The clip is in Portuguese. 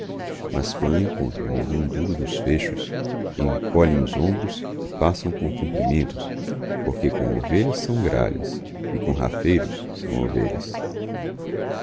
mas quando encontrão algum duro dos fechos encolhem os honibros epassãocom cumprimentos porque com ovelhas são gralhas c com rafeiros são ovelhas